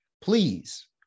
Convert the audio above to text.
please